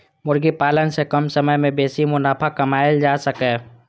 मुर्गी पालन सं कम समय मे बेसी मुनाफा कमाएल जा सकैए